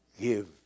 give